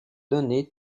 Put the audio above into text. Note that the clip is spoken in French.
donné